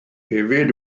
hefyd